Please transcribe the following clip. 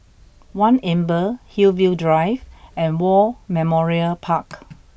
One Amber Hillview Drive and War Memorial Park